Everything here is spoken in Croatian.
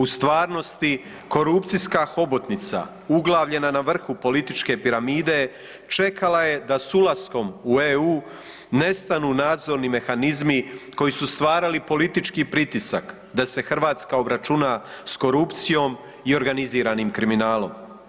U stvarnosti korupcijska hobotnica uglavljena na vrhu političke piramide čekala je da s ulaskom u EU nestanu nadzorni mehanizmi koji su stvarali politički pritisak da se Hrvatska obračuna s korupcijom i organiziranim kriminalom.